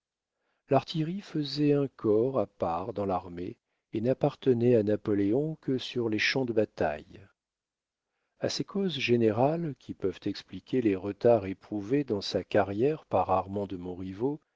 l'artillerie faisait un corps à part dans l'armée et n'appartenait à napoléon que sur les champs de bataille a ces causes générales qui peuvent expliquer les retards éprouvés dans sa carrière par armand de montriveau il